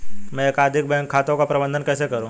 मैं एकाधिक बैंक खातों का प्रबंधन कैसे करूँ?